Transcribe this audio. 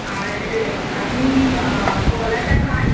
আর আপনি কলাটা খান